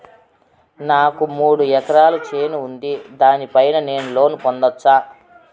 నాకు మూడు ఎకరాలు చేను ఉంది, దాని పైన నేను లోను పొందొచ్చా?